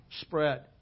spread